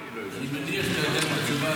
אני מניח שאתה יודע את התשובה,